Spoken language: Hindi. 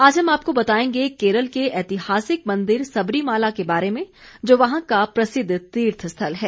आज हम आपको बताएंगे केरल के ऐतिहासिक मंदिर सबरीमाला के बारे में जो वहां का प्रसिद्ध तीर्थ स्थल है